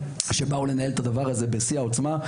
שבאו לנהל את הדבר הזה בשיא העוצמה.